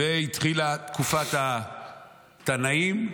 והתחילה תקופת התנאים.